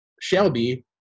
Shelby